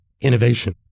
innovation